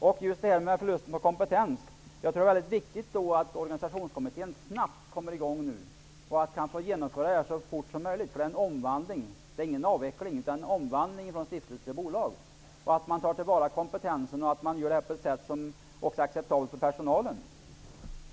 När det gäller den eventuella förlusten av kompetens tror jag det är viktigt att organisationskommittén snabbt kommer i gång och ser till att genomföra sitt arbete så fort som möjligt. Det är ingen avveckling, det är en omvandling från stiftelse till bolag. Man bör ta till vara kompetensen på ett sätt som också är acceptabel för personalen.